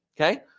Okay